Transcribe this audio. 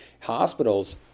hospitals